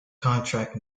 contract